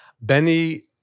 Benny